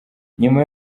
nyuma